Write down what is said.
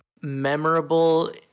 memorable